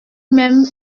même